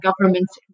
governments